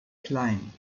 klein